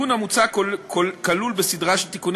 השר --- כלומר,